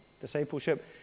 discipleship